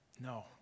No